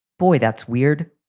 boy, that's weird.